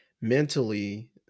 mentally